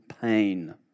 pain